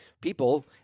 people